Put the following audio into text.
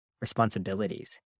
responsibilities